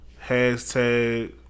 Hashtag